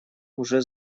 уже